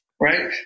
Right